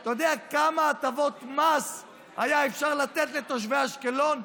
אתה יודע כמה הטבות מס היה אפשר לתת לתושבי אשקלון?